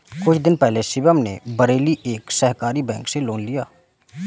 कुछ दिन पहले शिवम ने बरेली के एक सहकारी बैंक से लोन लिया